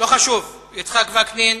חבר הכנסת יצחק וקנין?